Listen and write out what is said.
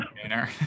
container